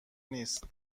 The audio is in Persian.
نیست